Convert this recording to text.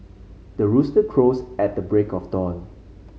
the rooster crows at the break of dawn